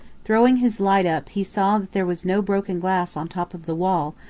throwing his light up, he saw that there was no broken glass on top of the wall,